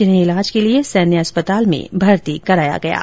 जिन्हे इलाज के लिए सैन्य अस्पताल में भर्ती कराया गया है